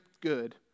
good